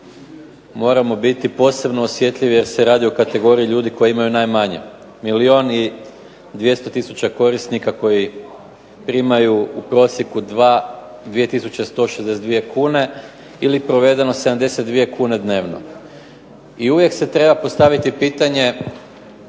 moramo biti posebno osjetljivi jer se radi o grupi ljudi koji imaju najmanje. Milijun i 200 tisuća korisnika koji primaju u prosjeku 2162 kune ili prevedeno 72 kune dnevno i uvijek se treba postaviti pitanje